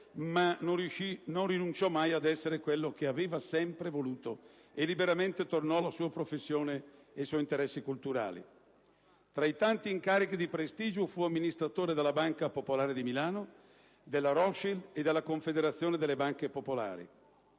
ma non rinunciò mai ad essere quello che aveva sempre voluto, liberamente, tornò alla sua professione ed ai suoi interessi culturali. Tra i tanti incarichi di prestigio, fu amministratore della Banca popolare di Milano, della Banca Rothschild e della Confederazione delle banche popolari.